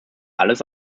alles